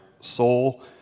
soul